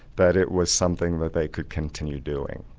that it was something that they could continue doing.